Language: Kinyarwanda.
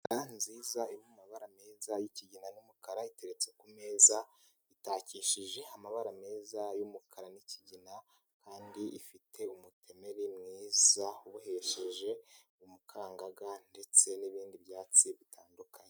Inkangara nziza iri mu mabara meza y'ikigina n'umukara. Iteretse kumeza, itakishije amabara meza y'umukara n'ikigina kandi ifite umutemeri mwiza ubohesheje umukangaga ndetse n'ibindi byatsi bitandukanye.